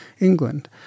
England